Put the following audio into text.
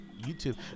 YouTube